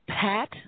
Pat